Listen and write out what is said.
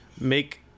make